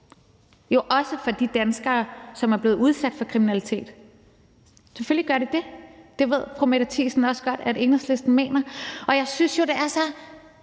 også for de danskere, der er blevet udsat for kriminalitet – selvfølgelig gør de det. Det ved fru Mette Thiesen også godt Enhedslisten mener. Og jeg synes jo, at det er så